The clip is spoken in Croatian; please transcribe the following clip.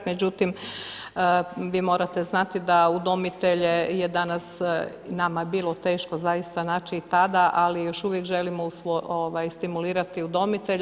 Međutim, vi morate znati da udomitelje je danas, nama je bilo teško zaista naći i tada, ali još uvijek želimo stimulirati udomitelje.